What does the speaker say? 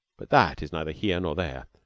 but that is neither here nor there.